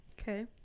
okay